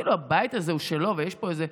כאילו הבית הזה הוא שלו ויש פה איזה,